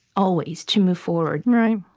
always, to move forward